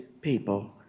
people